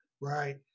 Right